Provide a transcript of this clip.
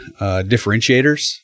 differentiators